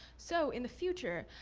so in the future,